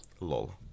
Lol